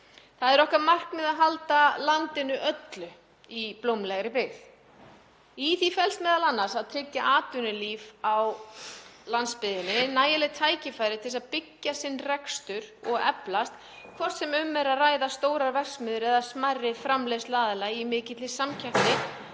Það er okkar markmið að halda landinu öllu í blómlegri byggð. Í því felst m.a. að tryggja atvinnulíf á landsbyggðinni, nægileg tækifæri til þess að byggja rekstur og eflast, hvort sem um er að ræða stórar verksmiðjur eða smærri framleiðsluaðila í mikilli samkeppni